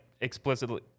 explicitly